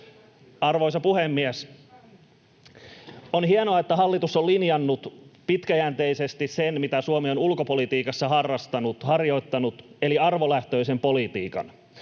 Arvoisa puhemies! On hienoa, että hallitus on linjannut pitkäjänteisesti sen, mitä Suomi on ulkopolitiikassa harjoittanut eli arvolähtöisen politiikan.